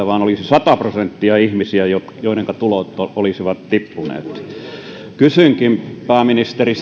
vaan sata prosenttia ihmisiä joidenka tulot olisivat tippuneet kysynkin pääministeri